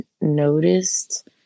noticed